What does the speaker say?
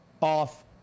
off